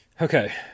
Okay